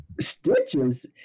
stitches